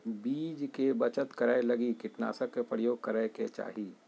बीज के बचत करै लगी कीटनाशक के प्रयोग करै के चाही